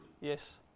Yes